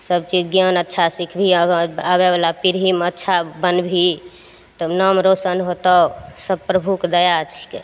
सभचीज ज्ञान अच्छा सिखबही आगा आबयवला पीढ़ीमे अच्छा बनबही तब नाम रौशन होतौ सभ प्रभुके दया छिकै